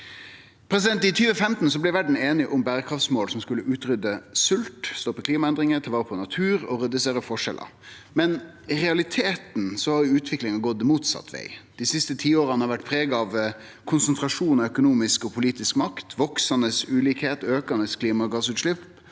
følgjer opp. I 2015 blei verda einige om berekraftsmål som skulle utrydde svolt, stoppe klimaendringar, ta vare på natur og redusere forskjellane, men i realiteten har utviklinga gått motsett veg. Dei siste tiåra har vore prega av konsentrasjon av økonomisk og politisk makt, veksande ulikheit, aukande klimagassutslepp